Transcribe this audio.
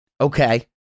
Okay